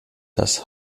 das